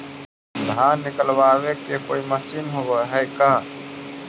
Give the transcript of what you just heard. धान निकालबे के कोई मशीन होब है का?